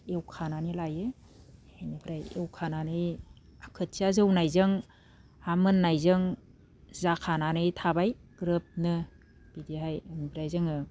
एवखानानै लायो इनिफ्राय एवखानानै खोथिया जौनायजों हा मोननायजों जाखानानै थाबाय ग्रोबनो बिदिहाय ओमफ्राय जोङो